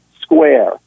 square